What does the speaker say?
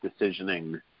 decisioning